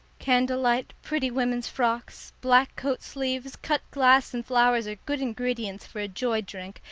candle-light, pretty women's frocks, black coat sleeves, cut glass and flowers are good ingredients for a joy-drink,